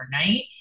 overnight